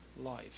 life